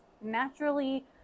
naturally